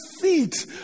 feet